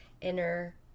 inner